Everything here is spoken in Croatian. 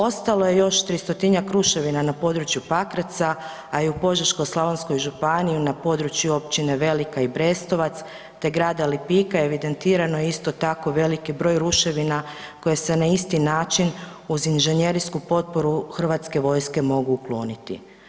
Ostalo je još 300-tinjak ruševina na području Pakraca, a i u Požeško-slavonskoj županiji na području općine Velika i Brestovac, te grada Lipika evidentirano je isto tako veliki broj ruševina koje se na isti način uz inžinjerinsku potporu Hrvatske vojske mogu ukloniti.